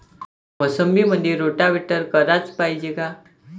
मोसंबीमंदी रोटावेटर कराच पायजे का?